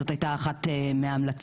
זאת הייתה אחת מההמלצות.